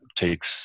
takes